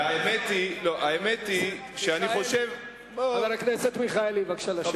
חבר הכנסת מיכאלי, בבקשה לשבת.